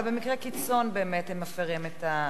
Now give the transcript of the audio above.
אבל במקרי קיצון באמת הם מפירים את,